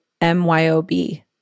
M-Y-O-B